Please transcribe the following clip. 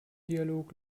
dialog